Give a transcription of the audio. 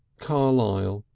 carlyle.